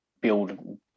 build